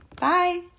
Bye